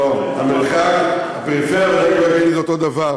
לא, פריפריה והנגב והגליל זה אותו דבר,